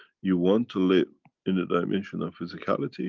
you want to live in the dimension of physicality